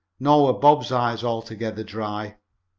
nor were bob's eyes altogether dry.